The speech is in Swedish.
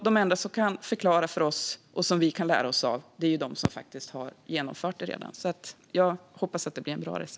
De enda som kan förklara för oss och som vi kan lära oss av är de som faktiskt redan har genomfört det. Jag hoppas att det blir en bra resa.